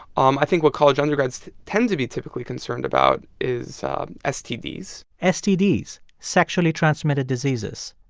um i think what college undergrads tend to be typically concerned about is stds stds sexually transmitted diseases.